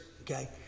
okay